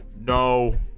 no